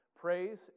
praise